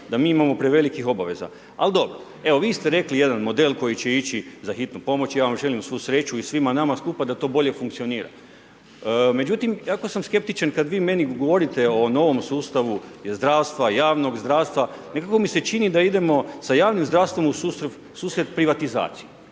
da mi imamo prevelikih obaveza. Al dobro. Evo, vi ste rekli jedan model koji će ići za hitnu pomoć. Ja vam želim svu sreću i svima nama skupa da to bolje funkcionira. Međutim, jako sam skeptičan kad vi meni govorite o novom sustavu zdravstva, javnog zdravstva. Nekako mi se čini da idemo sa javnim zdravstvom u susret privatizaciji,